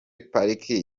pariki